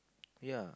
ya